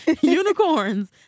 unicorns